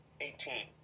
Eighteen